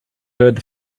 heard